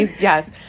yes